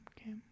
okay